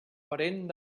parent